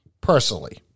Personally